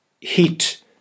heat